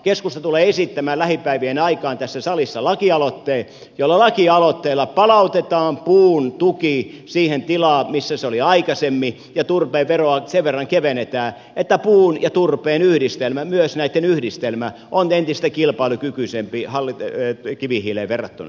keskusta tulee esittämään lähipäivien aikaan tässä salissa lakialoitteen jolla palautetaan puun tuki siihen tilaan missä se oli aikaisemmin ja turpeen veroa sen verran kevennetään että puun ja turpeen yhdistelmä myös näitten yhdistelmä on entistä kilpailukykyisempi kivihiileen verrattuna